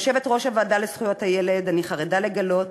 כיושבת-ראש הוועדה לזכויות הילד אני חרדה לגלות